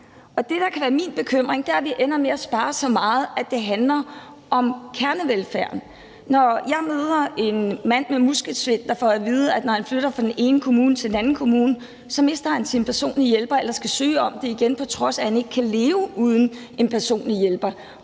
det, der kan være min bekymring, er, at vi ender med at spare så meget, at det handler om kernevelfærden, f.eks. når jeg møder en mand med muskelsvind, der får at vide, at han, når han flytter fra den ene kommune til den anden kommune, så mister sin personlige hjælper, eller at han skal søge om det igen, på trods af at han ikke kan leve uden en personlig hjælper.